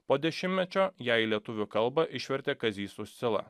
po dešimtmečio ją lietuvių kalbą išvertė kazys uscila